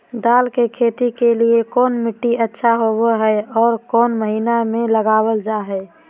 दाल की खेती के लिए कौन मिट्टी अच्छा होबो हाय और कौन महीना में लगाबल जा हाय?